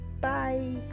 Bye